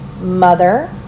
Mother